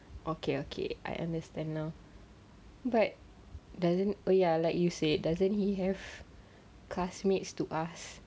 okay okay I understand now but doesn't oh ya like you said doesn't he have classmates to ask